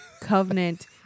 covenant